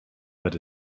but